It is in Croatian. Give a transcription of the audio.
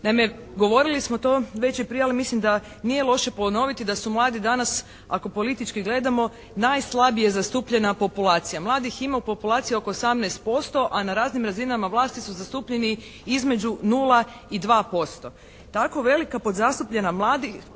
Naime govorili smo to veče prije ali mislim da nije loše ponoviti da su mladi danas ako politički gledamo najslabije zastupljena populacija. Mladih ima u populaciji oko 18% a na raznim razinama vlasti su zastupljeni između 0 i 2%. Tako velika podzastupljenost mladih